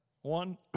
one